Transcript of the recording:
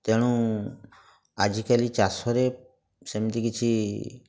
ତେଣୁ ଆଜିକାଲି ଚାଷରେ ସେମିତି କିଛି